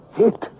hit